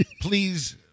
Please